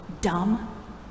dumb